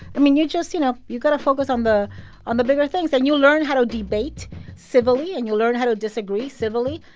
i mean, you just you know, you got to focus on the on the bigger things. and you'll learn how to debate civilly, and you'll learn how to disagree civilly.